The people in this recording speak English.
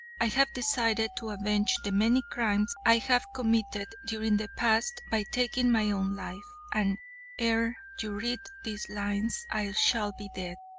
i have decided to avenge the many crimes i have committed during the past by taking my own life, and ere you read these lines i shall be dead.